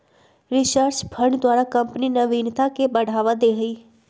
research fund द्वारा company नविनता के बढ़ावा दे हइ